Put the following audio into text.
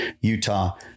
utah